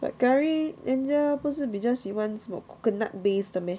but curry india 不是比较喜欢什么 coconut based 的 meh